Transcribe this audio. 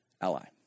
ally